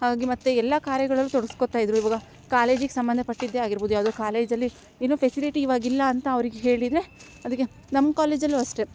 ಹಾಗಾಗಿ ಮತ್ತು ಎಲ್ಲ ಕಾರ್ಯಗಳಲ್ಲೂ ತೋಡ್ಸ್ಕೊತ ಇದ್ದರು ಕಾಲೇಜಿಗೆ ಸಂಬಂಧಪಟ್ಟಿದ್ದೆ ಆಗಿರ್ಬೌದು ಯಾವ್ದಾರು ಕಾಲೇಜಲ್ಲಿ ಇನ್ನು ಫೆಸಿಲಿಟಿ ಇವಾಗ ಇಲ್ಲ ಅಂತ ಅವರಿಗೆ ಹೇಳಿದರೆ ಅದಕ್ಕೆ ನಮ್ಮ ಕಾಲೇಜ್ ಅಲ್ಲೂ ಅಷ್ಟೇ